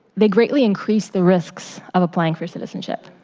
they greatly increased the risk of applying for citizenship.